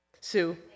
Sue